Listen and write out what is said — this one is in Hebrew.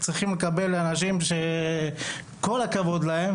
יש הרבה אנשים שרוצים לדבר,